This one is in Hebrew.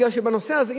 כי בנושא הזה,